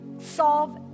solve